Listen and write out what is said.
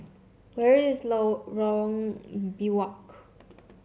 where is Lorong Biawak